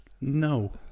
No